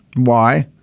why.